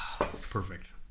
Perfect